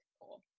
cool